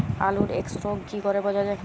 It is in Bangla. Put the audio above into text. আলুর এক্সরোগ কি করে বোঝা যায়?